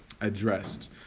addressed